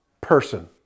person